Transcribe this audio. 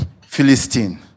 Philistine